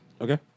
Okay